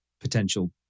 potential